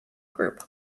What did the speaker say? group